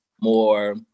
more